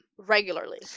Regularly